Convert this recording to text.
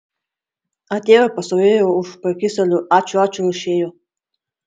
atėjo pastovėjo už prekystalio ačiū ačiū ir išėjo